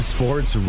Sports